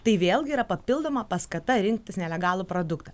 tai vėlgi yra papildoma paskata rinktis nelegalų produktą